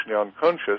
unconscious